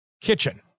kitchen